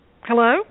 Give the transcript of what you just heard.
Hello